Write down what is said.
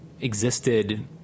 existed